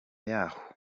yaho